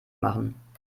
machen